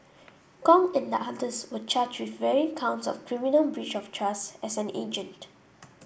Kong and the others were charged counts of criminal breach of trust as an agent